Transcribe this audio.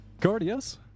cardias